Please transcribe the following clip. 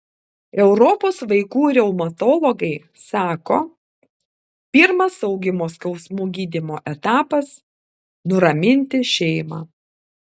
europos vaikų reumatologai sako pirmas augimo skausmų gydymo etapas nuraminti šeimą